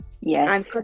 yes